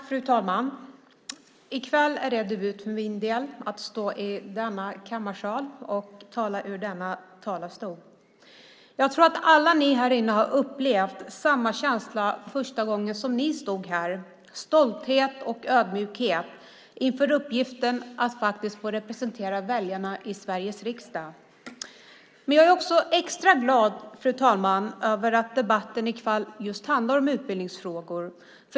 Fru talman! I kväll är det debut för min del att stå i denna kammarsal och tala i denna talarstol. Jag tror att alla ni här inne har upplevt samma känsla första gången som ni stod här - stolthet och ödmjukhet inför uppgiften att faktiskt få representera väljarna i Sveriges riksdag. Fru talman! Jag är också extra glad över att debatten i kväll handlar just om utbildningsfrågor.